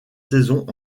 saisons